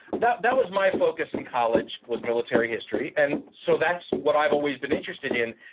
that that was my focus in college, was military history and so that's what i've always been interested in.